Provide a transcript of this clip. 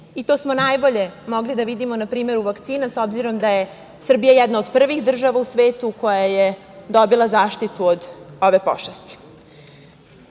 i to smo najbolje mogli da vidimo na primeru vakcina, s obzirom da je Srbija jedana od prvih država u svetu koja je dobila zaštitu od ove pošasti. Kina